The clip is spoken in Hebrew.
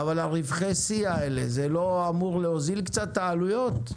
רווחי השיא האלה לא אמורים להוזיל קצת את העלויות?